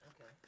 Okay